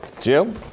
Jim